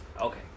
Okay